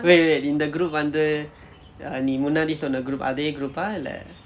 wait wait இந்த:intha group வந்து நீ முன்னாடி சொன்ன:vanthu ni munnaadi sonna group அதே:athae group ah இல்லை:illai